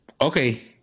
Okay